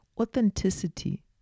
authenticity